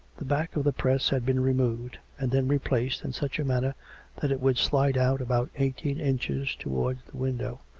the back of the press had been removed, and then re placed, in such a manner that it would slide out about eighteen inches towards the window,